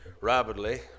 rapidly